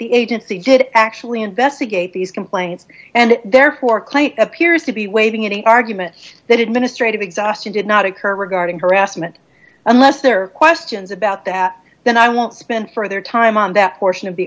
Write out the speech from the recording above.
the agency did actually investigate these complaints and therefore claim appears to be waiving any argument that it ministre to exhaustion did not occur regarding harassment unless there are questions about that then i won't spend further time on that portion of the